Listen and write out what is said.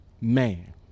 Man